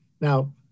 Now